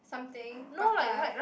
something prata